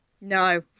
No